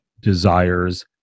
desires